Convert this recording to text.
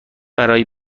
برای